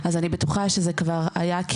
אז אני בטוחה שזה כבר היה,